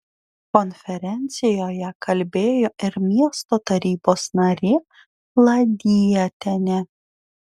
konferencijoje kalbėjo ir miesto tarybos narė ladietienė